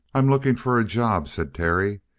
i'm looking for a job, said terry.